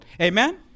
Amen